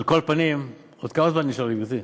על כל פנים, עוד כמה זמן נשאר לי, גברתי?